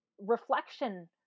reflection